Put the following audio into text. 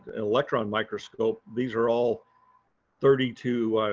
electron microscope. these are all thirty two,